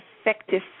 effective